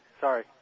Sorry